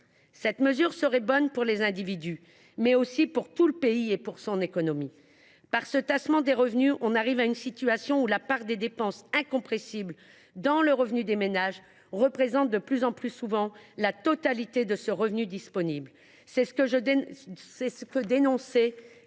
Cette mesure serait donc bonne non seulement pour les individus, mais aussi pour tout le pays et son économie. Par ce tassement des revenus, on arrive à une situation où la part des dépenses incompressibles dans le revenu des ménages représente de plus en plus souvent la totalité du revenu disponible. C’est ce que dénonçaient